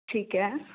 ਠੀਕ ਹੈ